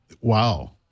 Wow